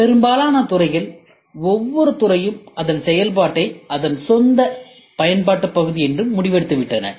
பெரும்பாலான துறைகள் ஒவ்வொரு துறையும் அதன் செயல்பாட்டை அதன் சொந்த செயல்பாட்டு பகுதி என்று முடித்துவிட்டன